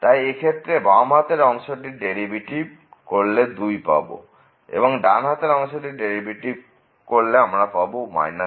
তাই এই ক্ষেত্রে বাম হাতের অংশটির ডেরিভেটিভ করলে 2 পাব এবং ডান হাতের অংশটির ক্ষেত্রে পাব 1